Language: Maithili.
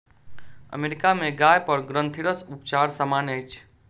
अमेरिका में गाय पर ग्रंथिरस उपचार सामन्य अछि